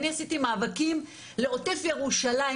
אני עשיתי מאבקים לעוטף ירושלים,